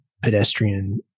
pedestrian